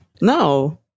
No